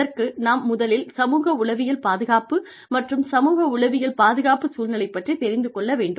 இதற்கு நாம் முதலில் சமூக உளவியல் பாதுகாப்பு மற்றும் சமூக உளவியல் பாதுகாப்பு சூழ்நிலை பற்றித் தெரிந்து கொள்ள வேண்டும்